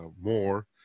more